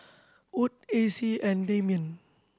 Wood Acey and Dameon